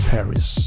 Paris